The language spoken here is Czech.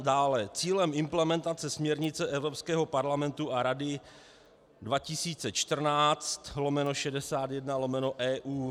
Dále: Cílem implementace směrnice Evropského parlamentu a Rady 2014/61/EU.